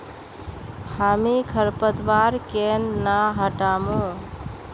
हामी खरपतवार केन न हटामु